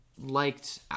liked